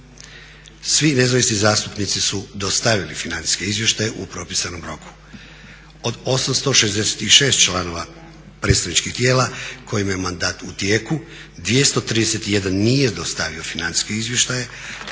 Svi nezavisni zastupnici su dostavili financijske izvještaje u propisanom roku. Od 866 članova predstavničkih tijela kojima je mandat u tijeku 231 nije dostavio financijske izvještaje,